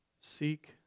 Seek